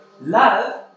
love